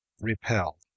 Repel